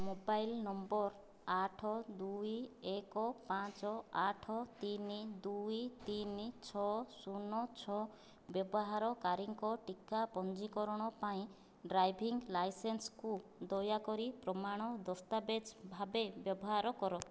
mobile number ଆଠ ଦୁଇ ଏକ ପାଞ୍ଚ ଆଠ ତିନି ଦୁଇ ତିନି ଛଅ ଶୂନ ଛଅ ବ୍ୟବହାରକାରୀଙ୍କ ଟିକା ପଞ୍ଜୀକରଣ ପାଇଁ ଡ୍ରାଇଭିଂ ଲାଇସେନ୍ସକୁ ଦୟାକରି ପ୍ରମାଣ ଦସ୍ତାବିଜ ଭାବେ ବ୍ୟବହାର କର